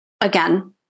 again